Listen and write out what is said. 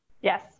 Yes